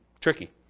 tricky